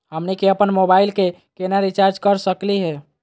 हमनी के अपन मोबाइल के केना रिचार्ज कर सकली हे?